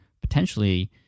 potentially